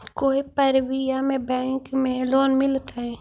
कोई परबिया में बैंक से लोन मिलतय?